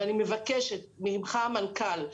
ואני מבקשת ממך המנכ"ל,